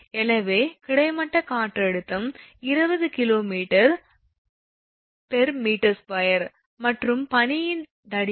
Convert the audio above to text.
எனவே கிடைமட்ட காற்றழுத்தம் 20 𝐾𝑔𝑚2 மற்றும் பனியின் தடிமன் 1